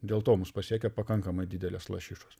dėl to mus pasiekia pakankamai didelės lašišos